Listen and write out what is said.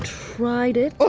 tried it. ah